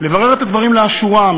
לברר את הדברים לאשורם.